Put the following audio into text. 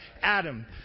Adam